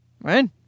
Right